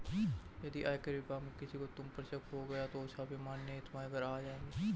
यदि आयकर विभाग में किसी को तुम पर शक हो गया तो वो छापा मारने तुम्हारे घर आ जाएंगे